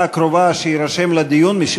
שיירשם לדיון בדקה הקרובה,